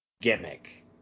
gimmick